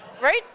right